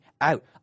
out